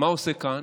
מה הוא עושה כאן?